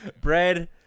bread